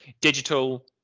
digital